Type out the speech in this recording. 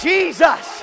Jesus